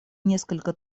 несколько